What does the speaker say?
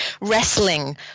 wrestling